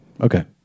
Okay